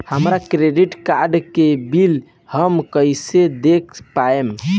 हमरा credit card के bill हम कइसे देख पाएम?